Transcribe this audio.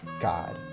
god